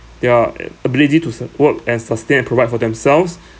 their uh ability to sus~ work and sustain and provide for themselves